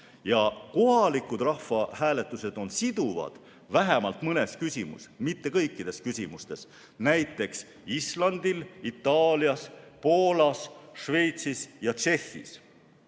Kohalikud rahvahääletused on siduvad vähemalt mõnes küsimuses, mitte kõikides küsimustes, näiteks Islandil, Itaalias, Poolas, Šveitsis ja Tšehhis.